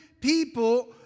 people